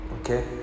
okay